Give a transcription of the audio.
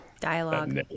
dialogue